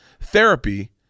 Therapy